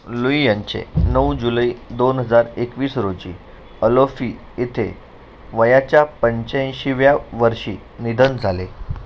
Louis यांचे नऊ जुलइ दोन हजार एकवीस रोजी अलोफी येथे वयाच्या पंच्याऐंशीव्या वर्षी निधन झाले